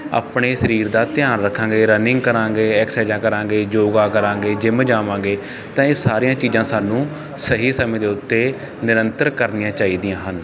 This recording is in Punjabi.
ਆਪਣੇ ਸਰੀਰ ਦਾ ਧਿਆਨ ਰੱਖਾਂਗੇ ਰਨਿੰਗ ਕਰਾਂਗੇ ਐਕਸਾਈਜਾਂ ਕਰਾਂਗੇ ਯੋਗਾ ਕਰਾਂਗੇ ਜਿਮ ਜਾਵਾਂਗੇ ਤਾਂ ਇਹ ਸਾਰੀਆਂ ਚੀਜ਼ਾਂ ਸਾਨੂੰ ਸਹੀ ਸਮੇਂ ਦੇ ਉੱਤੇ ਨਿਰੰਤਰ ਕਰਨੀਆ ਚਾਹੀਦੀਆਂ ਹਨ